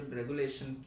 regulation